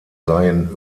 seien